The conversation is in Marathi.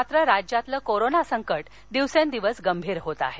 मात्र राज्यातलं कोरोना संकट दिवसेंदिवस गंभिर होतं आहे